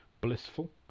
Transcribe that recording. blissful